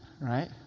right